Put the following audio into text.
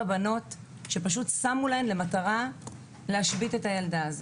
בנות ששמו להן למטרה להשבית את הילדה הזו.